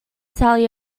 sally